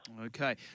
Okay